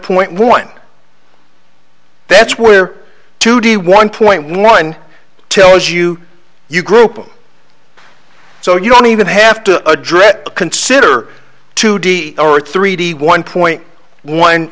point one that's where today one point one tells you you group them so you don't even have to address consider two d or three d one point one